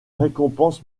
récompense